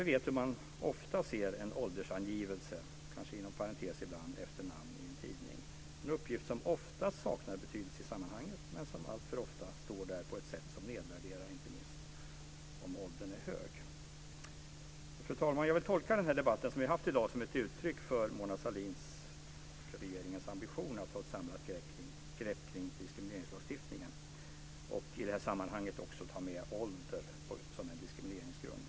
Vi vet hur man ofta ser en åldersangivelse efter namn, ibland inom parentes, i en tidning, en uppgift som ofta saknar betydelse i sammanhanget men som alltför ofta står där på ett sätt som nedvärderar, inte minst om åldern är hög. Fru talman! Jag vill tolka den debatt som vi haft i dag som ett uttryck för Mona Sahlins och regeringens ambition att ta ett samlat grepp om diskrimineringslagstiftningen och i det sammanhanget också ta med åldern som en diskrimineringsgrund.